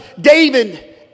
David